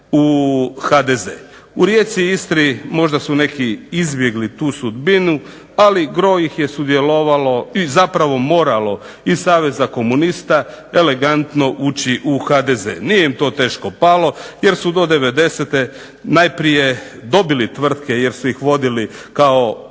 U Rijeci i Istri možda su neki izbjegli tu sudbinu, ali gro ih je sudjelovalo i zapravo moralo iz Saveza komunista elegantno ući u HDZ. Nije im to teško palo jer su do devedesete najprije dobili tvrtke jer su ih vodili kao